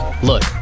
Look